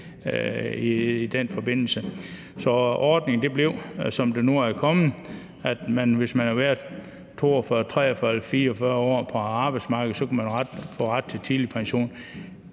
i den forbindelse. Så ordningen blev, som den nu er kommet: Hvis man har været 42, 43 eller 44 år på arbejdsmarkedet, kan man få ret til tidlig pension.